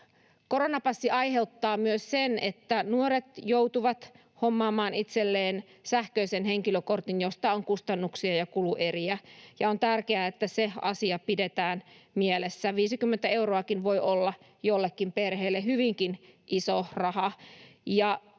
Koronapassi aiheuttaa myös sen, että nuoret joutuvat hommaamaan itselleen sähköisen henkilökortin, josta on kustannuksia ja kulueriä, ja on tärkeää, että se asia pidetään mielessä. 50 euroakin voi olla jollekin perheelle hyvinkin iso raha.